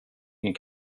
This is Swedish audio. ingen